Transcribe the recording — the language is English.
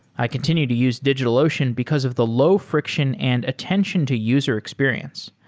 i continue to use digitalocean because of the low friction and attention to user experience.